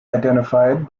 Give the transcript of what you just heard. identified